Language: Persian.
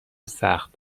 سخت